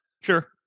Sure